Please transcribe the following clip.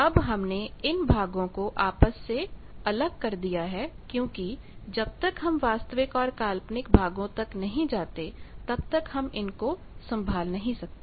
अब हमने इन भागों को आपस से अलग कर दिया है क्योंकि जब तक हम वास्तविक और काल्पनिक भागों तक नहीं जाते तब तक हम इनको संभाल नहीं सकते